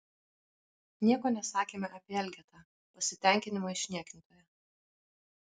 nieko nesakėme apie elgetą pasitenkinimo išniekintoją